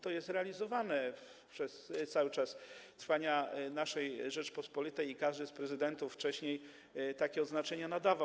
To jest realizowane przez cały czas trwania naszej Rzeczypospolitej i każdy z prezydentów wcześniej takie odznaczenia nadawał.